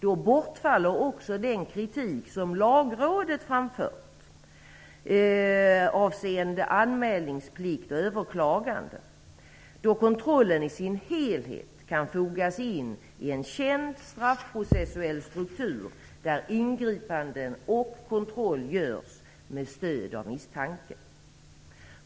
Då bortfaller den kritik som Lagrådet framfört avseende anmälningsplikt och överklagande, då kontrollen i sin helhet kan fogas in i en känd straffprocessuell struktur där ingripanden och kontroll görs med stöd av misstanke.